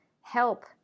help